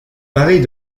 marie